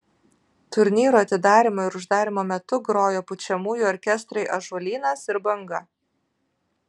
turnyro atidarymo ir uždarymo metu grojo pučiamųjų orkestrai ąžuolynas ir banga